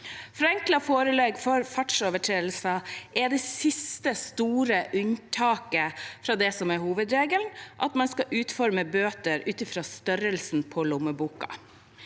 Forenklede forelegg for fartsovertredelser er det siste store unntaket fra det som er hovedregelen: at man skal utforme bøter ut fra størrelsen på lommeboka.